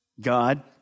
God